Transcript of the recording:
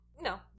No